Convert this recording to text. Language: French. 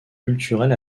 culturel